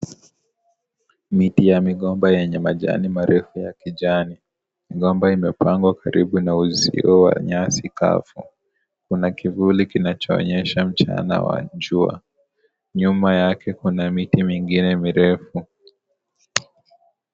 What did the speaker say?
Miti ya migomba yenye majani marefu ya kijani. Migomba imepandwa karibu na uzio wa nyasi kavu. Kuna kivuli kinachoonyesha mchana wa jua. Nyuma yake kuna miti mingine mirefu.